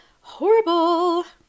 horrible